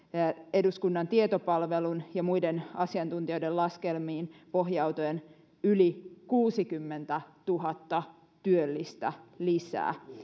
eduskunnan tietopalvelun ja muiden asiantuntijoiden laskelmiin pohjautuen yli kuusikymmentätuhatta työllistä lisää